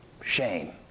Shame